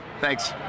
thanks